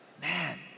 Man